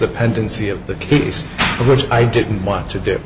the pendency of the case which i didn't want to do